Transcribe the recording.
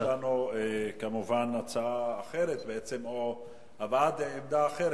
יש לנו כמובן הצעה אחרת, בעצם, או הבעת עמדה אחרת.